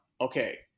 okay